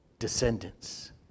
descendants